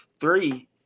Three